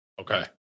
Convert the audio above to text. Okay